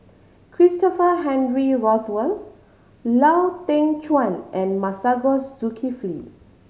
Christopher Henry Rothwell Lau Teng Chuan and Masagos Zulkifli